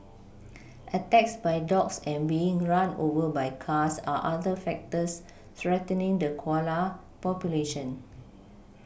attacks by dogs and being run over by cars are other factors threatening the koala population